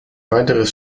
weiteres